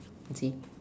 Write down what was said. see